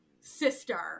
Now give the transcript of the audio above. Sister